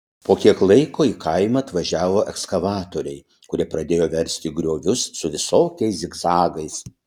po kiek laiko į kaimą atvažiavo ekskavatoriai kurie pradėjo versti griovius su visokiais zigzagais